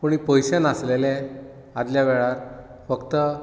पूण पयशे नासलले आदले वेळार फक्त